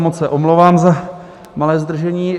Moc se omlouvám za malé zdržení.